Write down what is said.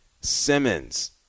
Simmons